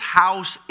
house